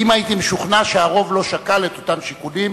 אם הייתי משוכנע שהרוב לא שקל את אותם שיקולים